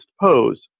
pose